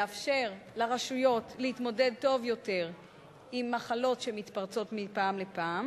לאפשר לרשויות להתמודד טוב יותר עם מחלות שמתפרצות מפעם לפעם,